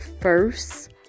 first